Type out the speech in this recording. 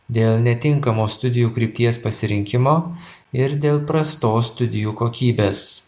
dėl netinkamo studijų krypties pasirinkimo ir dėl prastos studijų kokybės